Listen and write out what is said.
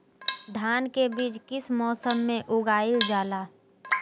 धान के बीज किस मौसम में उगाईल जाला?